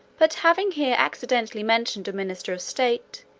but having here accidentally mentioned a minister of state,